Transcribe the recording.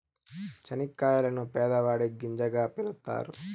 చనిక్కాయలను పేదవాడి గింజగా పిలుత్తారు